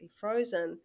frozen